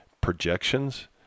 projections